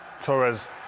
Torres